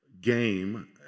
game